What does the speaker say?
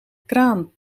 kraan